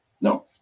No